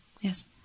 Yes